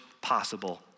possible